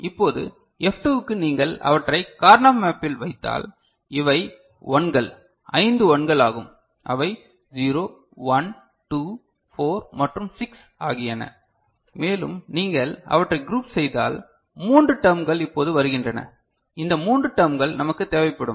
இப்போது F2 க்கு நீங்கள் அவற்றை கார்னா மேப்பில் வைத்தால் இவை 1 கள் ஐந்து 1 கள் ஆகும் அவை 0 1 2 4 மற்றும் 6 ஆகியன மேலும் நீங்கள் அவற்றைக் க்ரூப் செய்தால் மூன்று டெர்ம்கள் இப்போது வருகின்றன இந்த மூன்று டெர்ம்கள் நமக்குத் தேவைப்படும்